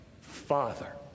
Father